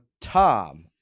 tom